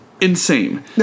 insane